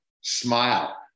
smile